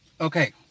Okay